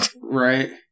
right